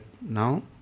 now